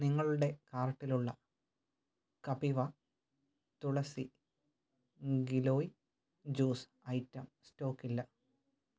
നിങ്ങളുടെ കാർട്ടിലുള്ള Kapiva tulsi giloy juice item സ്റ്റോക്കില്ല